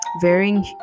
varying